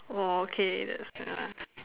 !wah! okay that's